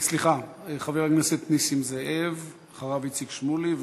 חבר הכנסת נסים זאב, ואחריו, איציק שמולי.